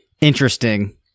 interesting